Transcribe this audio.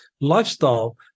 lifestyle